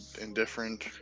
indifferent